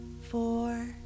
Four